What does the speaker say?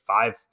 five